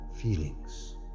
feelings